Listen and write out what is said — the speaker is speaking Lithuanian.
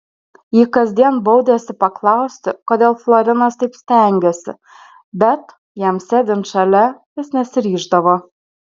ji kasdien baudėsi paklausti kodėl florinas taip stengiasi bet jam sėdint šalia vis nesiryždavo